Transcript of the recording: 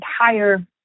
entire